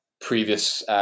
previous